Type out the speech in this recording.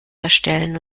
erstellen